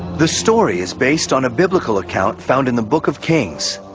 the story is based on a biblical account found in the book of kings.